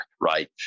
right